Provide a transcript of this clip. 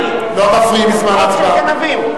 המכרות (פעולות אסורות במכרה בלתי מורשה),